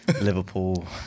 Liverpool